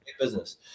Business